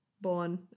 born